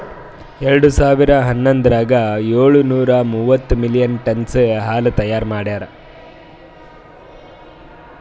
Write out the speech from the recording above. ಎರಡು ಸಾವಿರಾ ಹನ್ನೊಂದರಾಗ ಏಳು ನೂರಾ ಮೂವತ್ತು ಮಿಲಿಯನ್ ಟನ್ನ್ಸ್ ಹಾಲು ತೈಯಾರ್ ಮಾಡ್ಯಾರ್